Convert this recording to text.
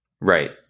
right